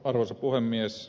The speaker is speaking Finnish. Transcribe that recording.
arvoisa puhemies